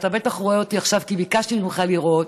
אתה בטח רואה אותי עכשיו כי ביקשתי אותך לראות,